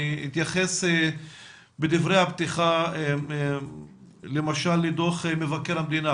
אני אתייחס בדברי הפתיחה למשל לדוח מבקר המדינה